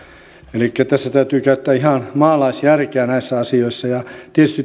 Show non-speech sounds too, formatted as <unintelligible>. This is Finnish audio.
elikkä täytyy käyttää ihan maalaisjärkeä näissä asioissa tietysti <unintelligible>